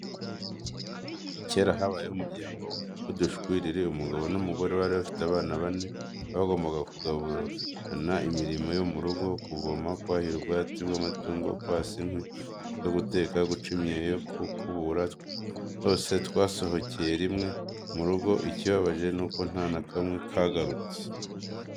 Kera habayeho umuryango w'udushwiriri, umugabo n'umugore bari bafite abana bane, bagombaga kugabana imirimo yo mu rugo, kuvoma, kwahira ubwatsi bw'amatungo, kwasa inkwi zo guteka, guca imyeyo yo gukubura, twose twasohokeye rimwe mu rugo, ikibabaje nuko nta na kamwe kagarutse.